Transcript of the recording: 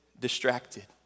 distracted